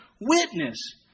witness